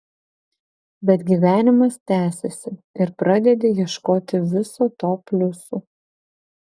bet gyvenimas tęsiasi ir pradedi ieškoti viso to pliusų